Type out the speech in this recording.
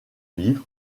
vire